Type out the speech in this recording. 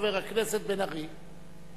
חבר הכנסת בן-ארי.